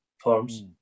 forms